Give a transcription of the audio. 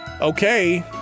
Okay